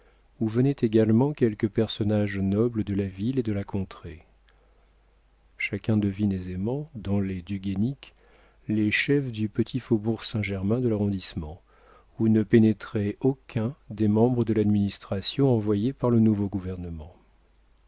où venaient également quelques personnages nobles de la ville et de la contrée chacun devine aisément dans les du guénic les chefs du petit faubourg saint-germain de l'arrondissement où ne pénétrait aucun des membres de l'administration envoyée par le nouveau gouvernement